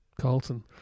Carlton